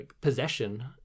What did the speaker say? possession